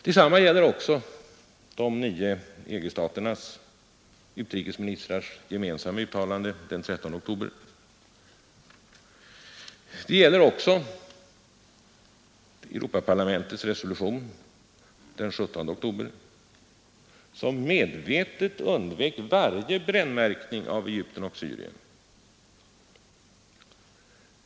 Detsamma gäller de nio EG-staternas utrikesministrars gemensamma uttalande den 13 oktober. Det gäller också Europaparlamentets resolution den 17 oktober, som medvetet undvek varje brännmärkning av Egypten och Syrien.